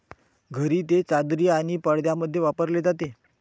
घरी ते चादरी आणि पडद्यांमध्ये वापरले जाते